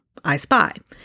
iSpy